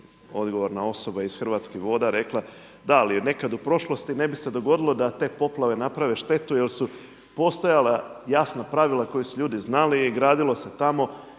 odgovorna osoba iz Hrvatskih voda rekla da ali je nekad u prošlosti ne bi se dogodilo da te poplave naprave štetu jer su postojala jasna pravila koja su ljudi znali i gradilo se tamo